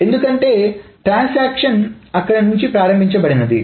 ఎందుకంటే ట్రాన్సాక్షన్ అక్కడి నుంచి ప్రారంభించబడింది